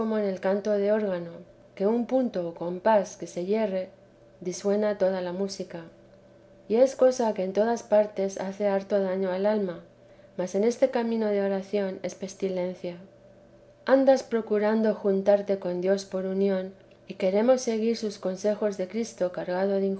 el canto de órgano que en un punto o compás que se yerre disuena toda la música y es cosa que en todas partes hace harto daño al alma mas en este camino de oración es pestilencia andas procurando juntarte con dios por unión y queremos seguir sus consejos de cristo cargado de